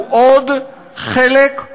הוא עוד חלק,